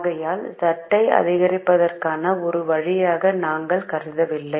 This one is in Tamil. ஆகையால் Z ஐ அதிகரிப்பதற்கான ஒரு வழியாக நாங்கள் கருதவில்லை